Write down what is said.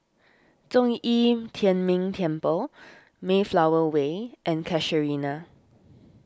Zhong Yi Tian Ming Temple Mayflower Way and Casuarina